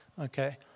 okay